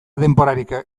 denborarik